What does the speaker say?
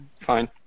Fine